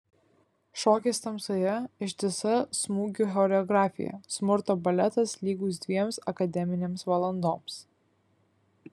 šokis tamsoje ištisa smūgių choreografija smurto baletas lygus dviems akademinėms valandoms